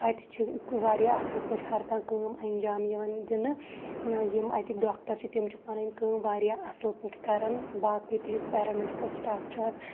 اَتہِ چھِ واریاہ اَصٕل پٲٹھۍ ہر کانٛہہ کٲم اِنجام یِوان دِنہٕ یِم اَتِکۍ ڈاکٹر چھِ تِم چھِ پَنٕنۍ کٲم واریاہ اَصٕل پٲٹھۍ کران باقٕے تہِ یُس پیرامیڈیکل سٹاف چھُ اَتھ